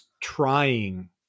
trying